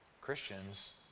christians